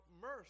mercy